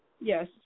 Yes